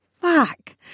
Fuck